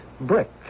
Brick